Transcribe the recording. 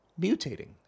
mutating